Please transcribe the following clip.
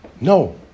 No